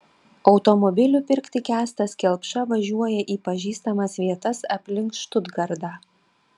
automobilių pirkti kęstas kelpša važiuoja į pažįstamas vietas aplink štutgartą